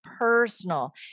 personal